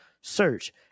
search